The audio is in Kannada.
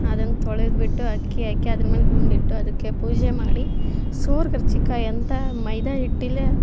ಅದನ್ನು ತೊಳೆದುಬಿಟ್ಟು ಅಕ್ಕಿ ಹಾಕಿ ಅದ್ರ ಮೇಲೆ ಗುಂಡಿಟ್ಟು ಅದಕ್ಕೆ ಪೂಜೆ ಮಾಡಿ ಸೂರ್ ಕರ್ಜಿಕಾಯಿ ಅಂತ ಮೈದಾ ಹಿಟ್ಟಲ್ಲೇ